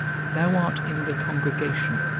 thou art in the congregation,